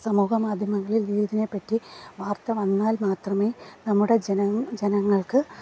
സമൂഹ മാധ്യമങ്ങളിൽ ഇതിനെപ്പറ്റി വാർത്ത വന്നാൽ മാത്രമേ നമ്മുടെ ജന ജനങ്ങൾക്ക്